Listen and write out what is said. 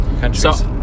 Countries